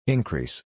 Increase